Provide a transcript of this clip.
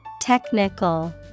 Technical